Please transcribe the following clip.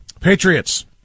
Patriots